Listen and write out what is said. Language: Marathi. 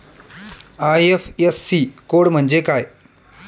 आय.एफ.एस.सी कोड म्हणजे काय?